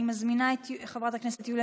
אני מזמינה את חברת הכנסת יוליה